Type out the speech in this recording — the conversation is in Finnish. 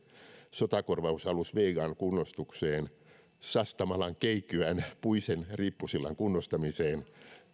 sotakorvausalus vegan kunnostukseen sastamalan keikyän puisen riippusillan kunnostamiseen